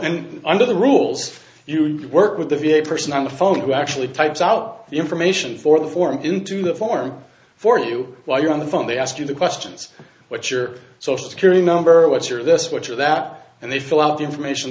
and under the rules you need to work with the v a person on the phone who actually types out the information for the form into the form for you while you're on the phone they ask you the questions what's your social security number or what your this what your that and they fill out the information